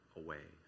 away